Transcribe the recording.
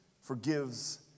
forgives